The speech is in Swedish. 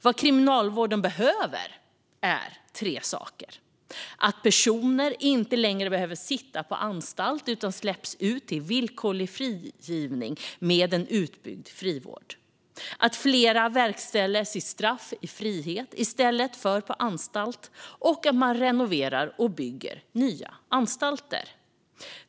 Vad Kriminalvården behöver är tre saker: att personer inte längre behöver sitta på anstalt utan kan bli villkorligt frigivna med en utbyggd frivård, att fler verkställer sitt straff i frihet i stället för på anstalt och att man renoverar och bygger nya anstalter.